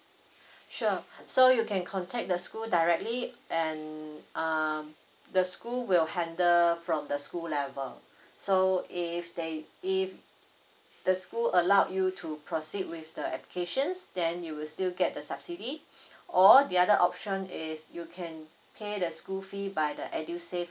sure so you can contact the school directly and err the school will handle from the school level so if they if the school allowed you to proceed with the application then you will still get the subsidy or the other option is you can pay the school fee by the EDUSAVE